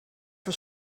for